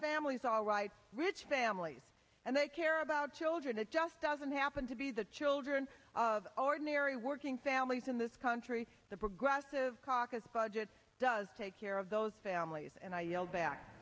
families all right rich families and they care about children and just and happen to be the children of ordinary working families in this country the progressive caucus budget does take care of those families and i yelled back